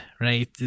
right